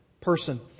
person